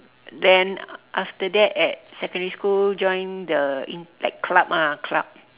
then after that at secondary school join the in~ like club ah club